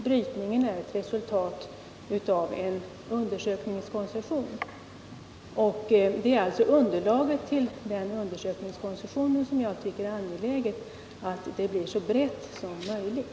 Brytningen är ett resultat av en undersökningskoncession, och det är alltså underlaget för den undersökningskoncessionen som jag tycker det är angeläget blir så brett som möjligt.